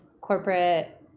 corporate